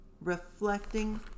reflecting